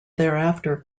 thereafter